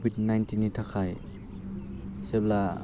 Covid नाइन्टिननि थाखाय जेब्ला